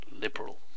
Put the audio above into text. liberal